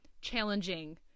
challenging